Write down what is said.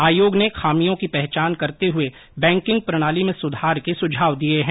आयोग ने खामियों की पहचान करते हुए बैंकिंग प्रणाली में सुधार के सुझाव दिए हैं